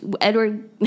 Edward